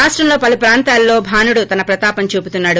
రాష్టం లో పలు ప్రాంతాలలో భానుడు ప్రతాపం చూపుతున్నాడు